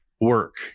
work